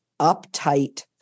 uptight